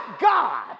God